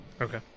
Okay